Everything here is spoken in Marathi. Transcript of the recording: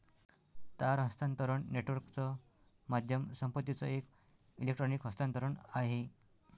तार हस्तांतरण नेटवर्कच माध्यम संपत्तीचं एक इलेक्ट्रॉनिक हस्तांतरण आहे